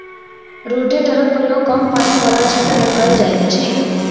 रोटेटरक प्रयोग कम पाइन बला क्षेत्र मे कयल जाइत अछि